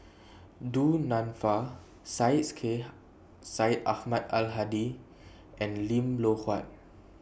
Du Nanfa Syed Sheikh Syed Ahmad Al Hadi and Lim Loh Huat